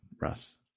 russ